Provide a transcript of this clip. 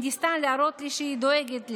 היא ניסתה להראות לי שהיא דואגת לי.